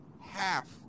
half